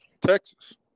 Texas